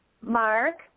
Mark